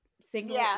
single